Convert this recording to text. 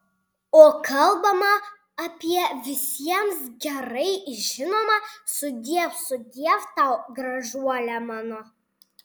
o kalbama apie visiems gerai žinomą sudiev sudiev tau gražuole mano